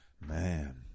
Man